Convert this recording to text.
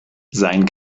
sein